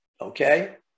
okay